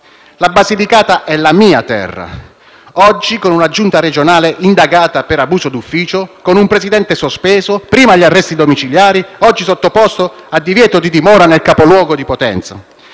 la Basilicata è la mia terra. Oggi, con una Giunta regionale indagata per abuso d'ufficio, con un presidente sospeso, prima agli arresti domiciliari, oggi sottoposto a divieto di dimora nel capoluogo di Potenza,